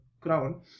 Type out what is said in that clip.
crown